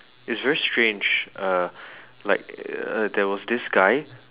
it's very strange uh like uh there was this guy